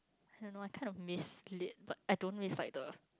I don't know I kinda miss lit but I don't really like the